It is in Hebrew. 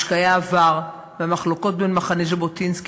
משקעי העבר והמחלוקות בין מחנה ז'בוטינסקי